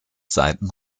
seiten